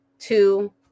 two